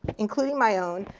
including my own,